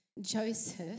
Joseph